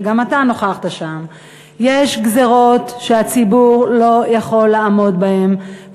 וגם אתה נכחת שם: יש גזירות שהציבור לא יכול לעמוד בהן,